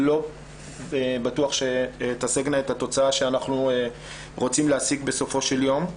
לא בטוח שזה ישיג את התוצאה שאנחנו רוצים להשיג בסופו של יום.